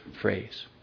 phrase